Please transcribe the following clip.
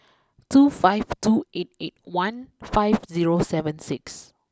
two five two eight eight one five zero seven six